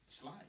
Slide